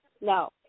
No